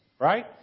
Right